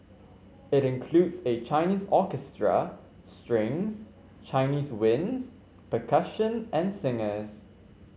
it includes a Chinese orchestra strings Chinese winds percussion and singers